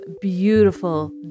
beautiful